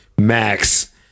Max